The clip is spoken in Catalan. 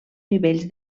nivells